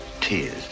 tears